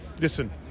Listen